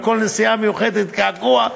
על כל נסיעה מיוחדת קעקוע,